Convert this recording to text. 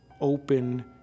open